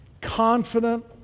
confident